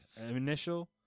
initial